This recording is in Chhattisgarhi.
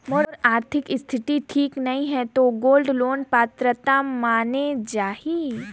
मोर आरथिक स्थिति ठीक नहीं है तो गोल्ड लोन पात्रता माने जाहि?